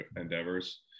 endeavors